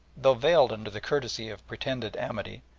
though veiled under the courtesy of pretended amity,